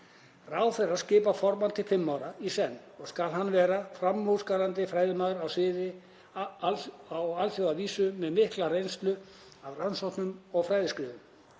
Ráðherra skipar formann til fimm ára í senn og skal hann vera framúrskarandi fræðimaður á sviðinu á alþjóðlega vísu með mikla reynslu af rannsóknum og fræðiskrifum.